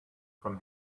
from